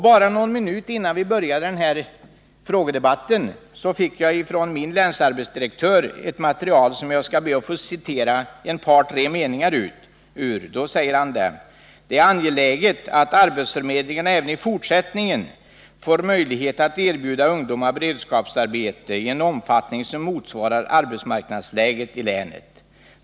Bara någon minut innan den här frågedebatten började fick jag från länsarbetsdirektören i mitt län ett material som jag skall be att få citera ett par tre meningar ur: ”Det är angeläget, att arbetsförmedlingarna även i fortsättningen får möjligheter att erbjuda ungdomar beredskapsarbete i en omfattning, som motsvarar arbetsmarknadsläget i länet.